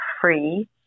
free